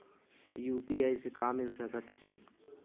UPI से का मिल सकत हे?